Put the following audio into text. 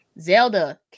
Zelda